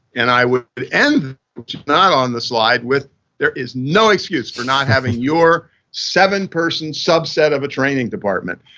and i would end not on the slide with there is no excuse for not having your seven person subset of a training department.